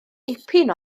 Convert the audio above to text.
dipyn